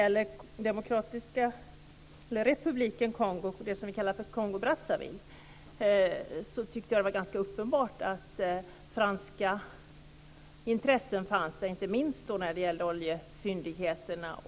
I fråga om republiken Kongo, det som vi kallar Kongo Brazzaville, är det ganska uppenbart att det finns franska intressen där, inte minst vad gäller oljefyndigheterna.